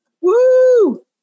Woo